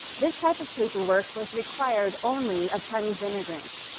this type of paperwork was required only of chinese immigrants.